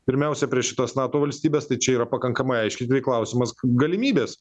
pirmiausia prieš šitas nato valstybes tai čia yra pakankamai aiškiai beveik klausimas galimybės